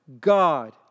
God